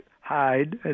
hide